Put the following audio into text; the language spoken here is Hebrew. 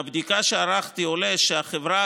מהבדיקה שערכתי עולה שהחברה,